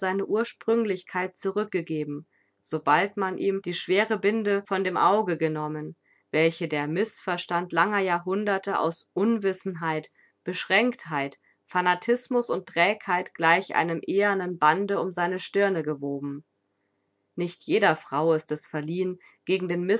ursprünglichkeit zurückgegeben sobald man ihm die schwere binde von dem auge genommen welche der mißverstand langer jahrhunderte aus unwissenheit beschränktheit fanatismus und trägheit gleich einem ehernen bande um seine stirne gewoben nicht jeder frau ist es verliehen gegen den